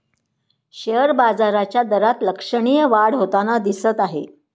share बाजाराच्या दरात लक्षणीय वाढ होताना दिसत आहे